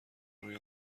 روی